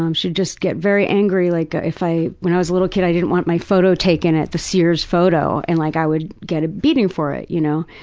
um she'd just get very angry. like if i when i was like a little kid, i didn't want my photo taken at the sears photo and like i would get a beating for it, you know.